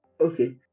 Okay